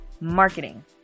marketing